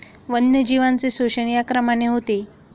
वन्यजीवांचे शोषण या क्रमाने होते